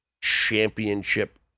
championship